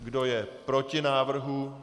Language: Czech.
Kdo je proti návrhu?